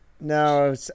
No